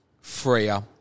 freer